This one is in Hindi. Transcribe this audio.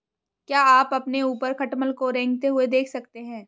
क्या आप अपने ऊपर खटमल को रेंगते हुए देख सकते हैं?